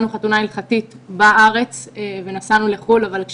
אבל את,